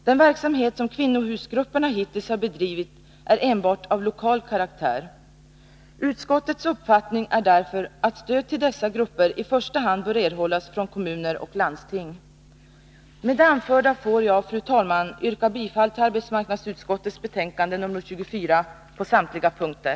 Den verksamhet som kvinnohusgrupperna hittills har bedrivit är enbart av lokal karaktär. organisationernas Utskottets uppfattning är därför att stöd till dessa grupper i första hand bör — centrala verksamerhållas från kommuner och landsting. het Med det anförda får jag, fru talman, yrka bifall till arbetsmarknadsutskottets hemställan på samtliga punkter.